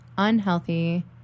Unhealthy